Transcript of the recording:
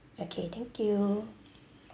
okay thank you